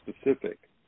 specific